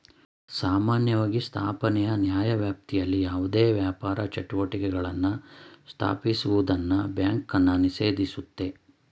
ಸಾಮಾನ್ಯವಾಗಿ ಸ್ಥಾಪನೆಯ ನ್ಯಾಯವ್ಯಾಪ್ತಿಯಲ್ಲಿ ಯಾವುದೇ ವ್ಯಾಪಾರ ಚಟುವಟಿಕೆಗಳನ್ನ ಸ್ಥಾಪಿಸುವುದನ್ನ ಬ್ಯಾಂಕನ್ನ ನಿಷೇಧಿಸುತ್ತೆ